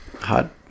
hot